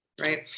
Right